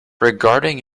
regarding